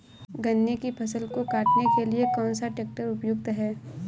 गन्ने की फसल को काटने के लिए कौन सा ट्रैक्टर उपयुक्त है?